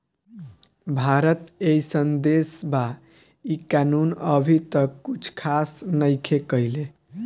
भारत एइसन देश बा इ कानून अभी तक कुछ खास नईखे कईले